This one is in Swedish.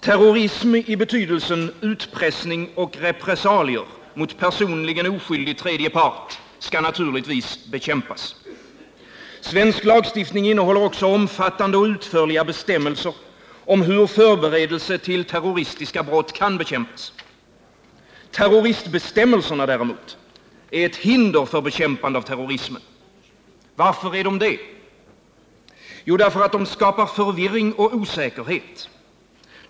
Terrorism i betydelsen utpressning och repressalier mot personligen oskyldig tredje part skall bekämpas. Svensk lagstiftning innehåller omfattande och utförliga bestämmelser om hur förberedelser till terroristiska brott kan bekämpas. Terroristbestämmelserna däremot är ett hinder för bekämpande av terrorismen. Varför är de det? Därför att de skapar förvirring och osäkerhet.